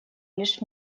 лишь